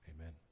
Amen